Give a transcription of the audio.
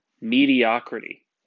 Mediocrity